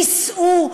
נישאו,